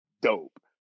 dope